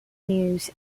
news